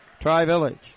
Tri-Village